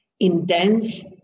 Intense